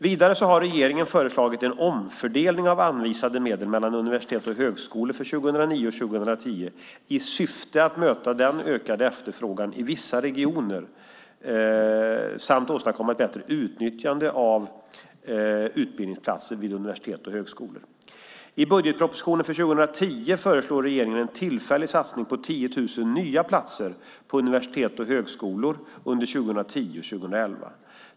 Vidare har regeringen föreslagit en omfördelning av anvisade medel mellan universitet och högskolor för 2009 och 2010 i syfte att möta den ökade efterfrågan som uppstått i vissa regioner samt åstadkomma ett bättre utnyttjande av utbildningsplatser vid universitet och högskolor. I budgetpropositionen för 2010 föreslår regeringen en tillfällig satsning på 10 000 nya platser på universitet och högskolor under 2010 och 2011.